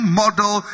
model